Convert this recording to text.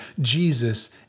Jesus